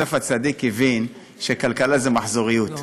יוסף הצדיק הבין שכלכלה זה מחזוריות,